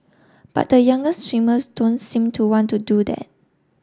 but the younger swimmers don't seem to want to do that